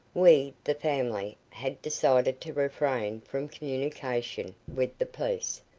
we the family had decided to refrain from communication with the police,